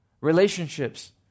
Relationships